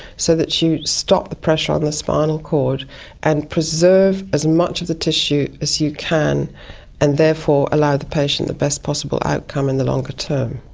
so that you stop the pressure on the spinal cord and preserve as much of the tissue as you can and therefore allow the patient the best possible outcome in the longer term.